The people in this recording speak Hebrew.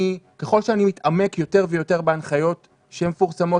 שככל שאני מתעמק יותר ויותר בהנחיות שמפורסמות